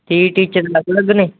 T teacher ਅਲੱਗ ਅਲੱਗ ਨੇ